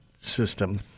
system